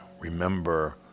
Remember